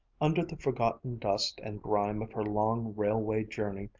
under the forgotten dust and grime of her long railway journey,